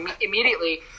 immediately